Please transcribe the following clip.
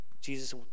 Jesus